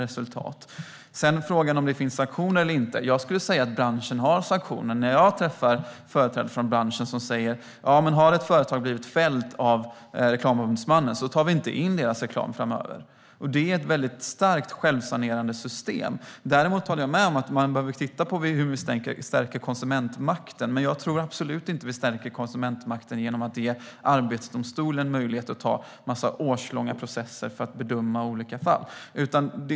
När det gäller frågan om det finns sanktioner eller inte skulle jag säga att branschen har sanktioner. När jag träffar företag i branschen säger man att om ett företag har blivit fällt av Reklamombudsmannen tar man inte in deras reklam framöver. Det är ett starkt självsanerande system. Däremot håller jag med om att vi behöver titta på hur vi kan stärka konsumentmakten. Jag tror absolut inte att vi gör det genom att ge Arbetsdomstolen möjlighet att driva en massa årslånga processer för att bedöma olika fall.